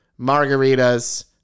margaritas